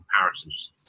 comparisons